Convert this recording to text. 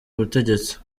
butegetsi